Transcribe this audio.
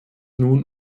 nun